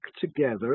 together